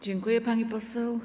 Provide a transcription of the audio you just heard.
Dziękuję, pani poseł.